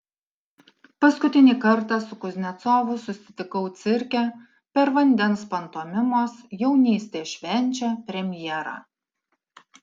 paskutinį kartą su kuznecovu susitikau cirke per vandens pantomimos jaunystė švenčia premjerą